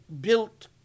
built